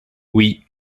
oui